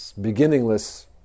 beginningless